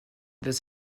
this